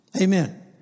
Amen